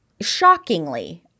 shockingly